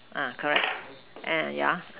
uh correct and yeah